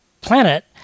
planet